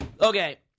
Okay